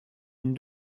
une